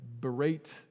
berate